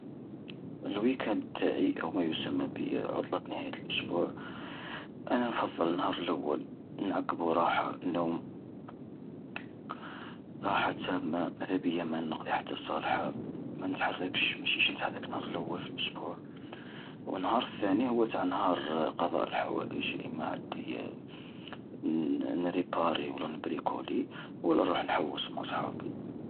الويكاند تاعي أو ما يسمى بي عطلة نهاية الأسبوع، أنا نفضل النهار الأول نعقبو راحة، نوم، راحة تامة، ماذا بيا ما نقضي حتى صالحة، ما نتحركش منشتيش نتحرك نهار الأول في الأسبوع. ونهار الثاني هو تاع نهار قضاء الحوائج، اما عدي ن-نريباري ولا نبريكولي ولا نروح نحوس مع صحابي.